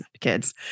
kids